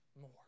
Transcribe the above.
more